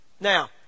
Now